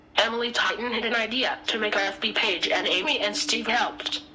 emily titon had an idea to make a fb page and amy and steve helped.